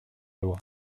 loi